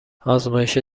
آزمایش